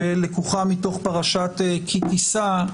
שלקוחה מתוך פרשת כי תישא,